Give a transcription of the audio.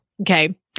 Okay